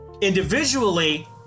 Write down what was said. Individually